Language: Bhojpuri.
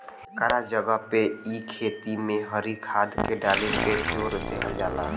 एकरा जगह पे इ खेती में हरी खाद के डाले पे जोर देहल जाला